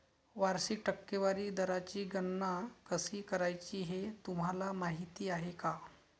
वार्षिक टक्केवारी दराची गणना कशी करायची हे तुम्हाला माहिती आहे का?